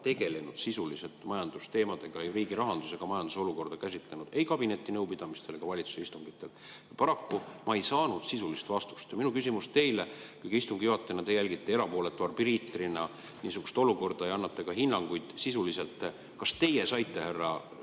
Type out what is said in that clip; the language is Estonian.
tegelenud sisuliselt majandusteemadega, ei ole riigi rahanduse ja majanduse olukorda käsitlenud ei kabinetinõupidamistel ega valitsuse istungitel. Paraku ma ei saanud sisulist vastust. Minu küsimus teile, kuna istungi juhatajana te jälgite erapooletu arbiitrina niisugust olukorda ja annate ka hinnanguid sisuliselt: kas teie saite, härra